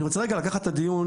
אני רוצה רגע לקחת את הדיון